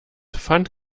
fand